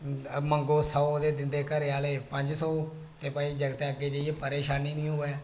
मंगो सौ ते दिंदे घरै आहले सौ अग्गे परेशानी नेईं होऐ